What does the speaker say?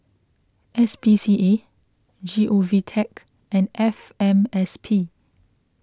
S P C A G O V Tech and F M S P